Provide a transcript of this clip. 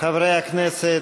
חברי הכנסת,